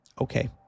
Okay